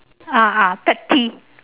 ah ah petty